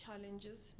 challenges